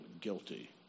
guilty